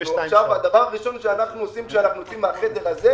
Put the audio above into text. הדבר הראשון שאנחנו עושים כשאנחנו יוצאים מהחדר הזה,